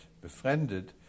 befriended